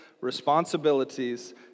responsibilities